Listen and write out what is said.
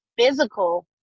physical